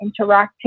interactive